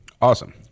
awesome